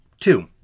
Two